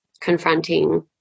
confronting